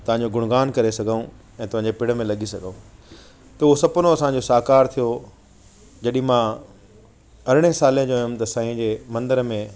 तव्हांजो गुणगान करे सघूं ऐं तव्हांजे पिणु में लॻी सघूं त उहो सपनो असांजो साकार थियो जॾहिं मां अरिड़हें साले जो हुयुमि त साईं जे मंदिर में